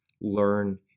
learn